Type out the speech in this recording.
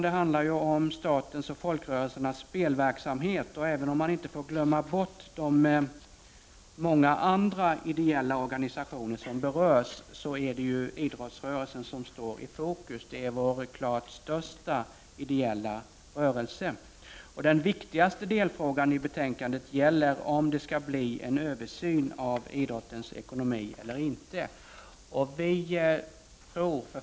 Det handlar ju om statens och folkrörelsernas spelverksamhet, och även om man inte får glömma bort de många andra ideella organisationer som berörs är det ju idrottsrörelsen som är i focus — den är vår klart största ideella rörelse. Den viktigaste delfrågan i betänkandet gäller om det skall bli en översyn av idrottens ekonomi eller inte.